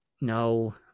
No